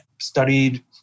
studied